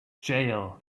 jail